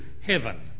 heaven